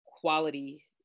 quality